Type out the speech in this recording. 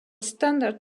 standard